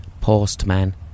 Postman